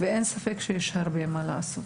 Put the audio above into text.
אין ספק שיש הרבה מה לעשות.